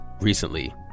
recently